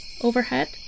overhead